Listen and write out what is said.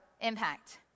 impact